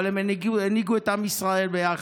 אבל הם הנהיגו את עם ישראל ביחד.